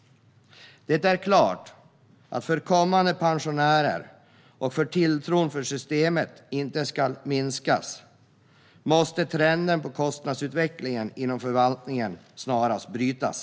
Det är klart att för blivande pensionärer och för att tilltron till systemet inte ska minskas måste trenden för kostnadsutvecklingen inom förvaltningen snarast brytas.